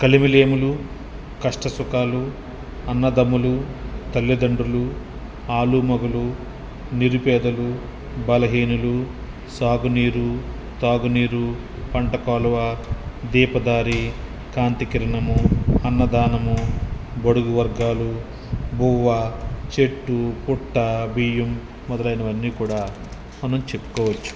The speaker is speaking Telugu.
కలిమిలేములు కష్టసుఖాలు అన్నదమ్ములు తల్లిదండ్రులు ఆలుమగలు నిరుపేదలు బలహీనులు సాగునీరు తాగునీరు పంటకాలువ దీపదారి కాంతి కిరణము అన్నదానము బడుగు వర్గాలు బువ్వా చెట్టు పుట్ట బియ్యం మొదలైనవి అన్నీ కూడా మనం చెప్పుకోవచ్చు